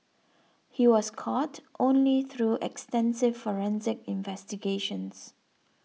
he was caught only through extensive forensic investigations